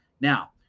Now